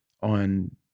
on